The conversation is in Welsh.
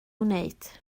wneud